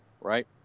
right